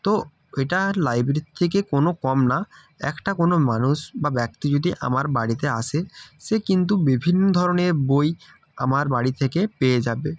তো এটা আর লাইব্রেরির থেকে কোনো কম না একটা কোনো মানুষ বা ব্যক্তি যদি আমার বাড়িতে আসে সে কিন্তু বিভিন্ন ধরনের বই আমার বাড়ি থেকে পেয়ে যাবে